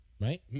Right